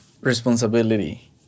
responsibility